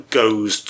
goes